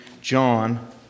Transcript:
John